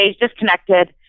disconnected